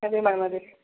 അതെ മാം അതെ